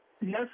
Yes